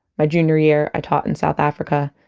my junior year, i taught in south africa.